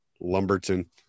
Lumberton